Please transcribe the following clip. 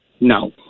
No